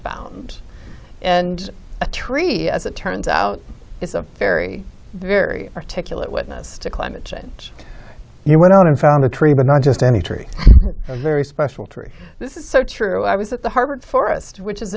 found and the tree as it turns out is a very very articulate witness to climate change you went out and found a tree but not just any tree a very special tree this is so true i was at the harvard forest which is